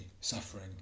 suffering